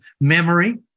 memory